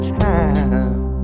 time